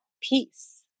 peace